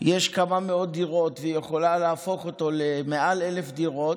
יש כמה מאות דירות והיא יכולה להפוך אותו למעל 1,000 דירות,